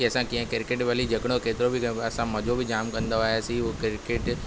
कि असां कीअं क्रिकेट भली झगिड़ो केतिरो बि कयूं असां मजो बि जाम कंदा हुआसीं उहा क्रिकेट